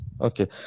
Okay